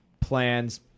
plans